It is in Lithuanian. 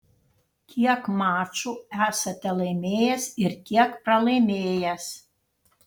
kiek mačų esate laimėjęs ir kiek pralaimėjęs